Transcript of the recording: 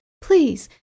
please